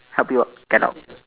help you get out